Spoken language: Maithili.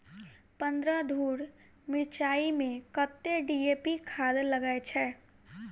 पन्द्रह धूर मिर्चाई मे कत्ते डी.ए.पी खाद लगय छै?